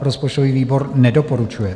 Rozpočtový výbor nedoporučuje.